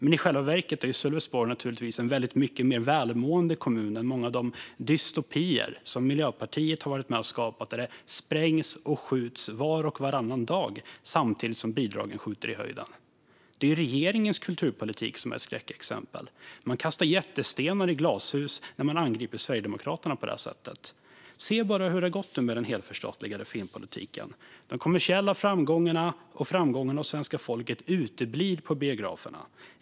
I själva verket är Sölvesborg naturligtvis en mycket mer välmående kommun än många av de dystopier som Miljöpartiet har varit med och skapat, där det sprängs och skjuts var och varannan dag samtidigt som bidragen skjuter i höjden. Det är regeringens kulturpolitik som är ett skräckexempel. Man kastar jättestenar i glashus när man angriper Sverigedemokraterna på detta sätt. Se bara hur det har gått med den helförstatligade filmpolitiken! De kommersiella framgångarna och framgångarna hos svenska folket uteblir på biograferna.